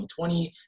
2020